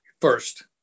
first